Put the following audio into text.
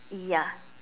ya